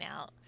out